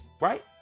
Right